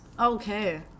Okay